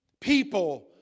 people